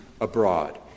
abroad